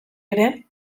ere